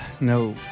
no